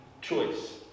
choice